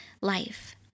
life